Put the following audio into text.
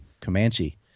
Comanche